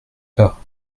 pas